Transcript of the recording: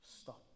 stop